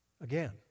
again